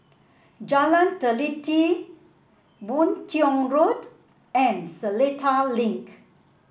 Jalan Teliti Boon Tiong Road and Seletar Link